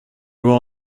will